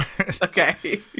okay